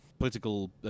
Political